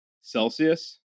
Celsius